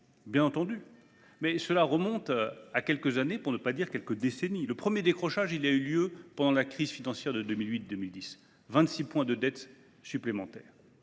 ; c’est vrai, mais cela remonte à quelques années, pour ne pas dire à quelques décennies. Le premier décrochage a eu lieu pendant la crise financière de 2008 2010, avec vingt six points de dette supplémentaires.